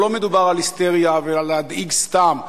פה לא מדובר על היסטריה ועל להדאיג סתם.